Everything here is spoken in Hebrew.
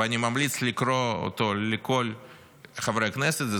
ואני ממליץ לכל חברי הכנסת לקרוא אותו,